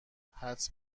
حدس